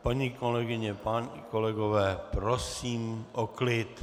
Paní kolegyně, páni kolegové, prosím o klid.